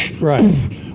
Right